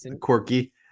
quirky